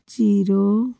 zero